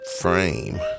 frame